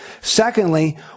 Secondly